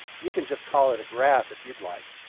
you can just call it a graph if you'd like.